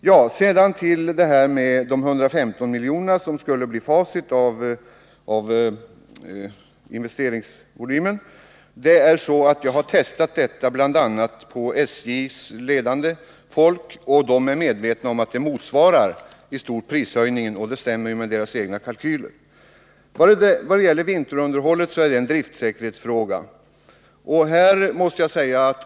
Vad sedan gäller uppgiften 115 milj.kr. som facit för investeringsvolymen har jag testat detta belopp bl.a. på SJ:s ledande folk, och det har då framgått att man är medveten om att det i stort motsvarar prishöjningen, vilket också stämmer med deras egna kalkyler. Vinterunderhållet är en driftsäkerhetsfråga.